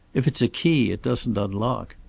if it's a key, it doesn't unlock.